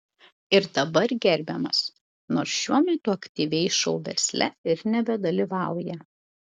ir dabar gerbiamas nors šiuo metu aktyviai šou versle ir nebedalyvauja